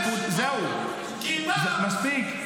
זהו, מספיק.